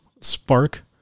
spark